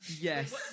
Yes